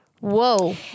Whoa